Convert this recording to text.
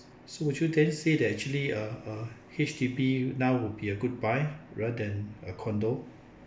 so would you then say that actually uh uh H_D_B now would be a good buy rather than a condo